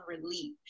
relief